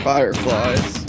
Fireflies